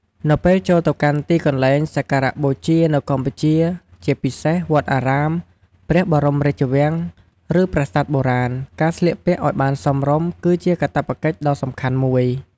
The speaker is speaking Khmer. នៅពេលចូលទៅកាន់ទីកន្លែងសក្ការៈបូជានៅកម្ពុជា ជាពិសេស វត្តអារាម ព្រះបរមរាជវាំង ឬប្រាសាទបុរាណ ការស្លៀកពាក់ឲ្យបានសមរម្យ គឺជាកាតព្វកិច្ចដ៏សំខាន់មួយ។